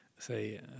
Say